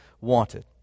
wanted